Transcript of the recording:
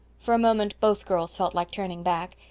for a moment both girls felt like turning back.